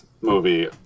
movie